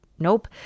Nope